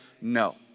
no